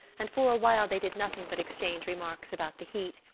and for a while they did nothing but exchange remarks about the heat,